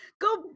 go